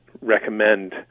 recommend